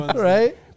Right